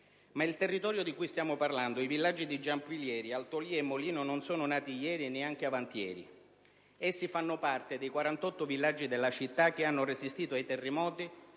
Ma il territorio di cui stiamo parlando, i villaggi di Giampilieri, Altolia e Molino, non sono nati ieri e neanche avantieri. Essi fanno parte dei 48 villaggi della città che hanno resistito ai terremoti